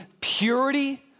purity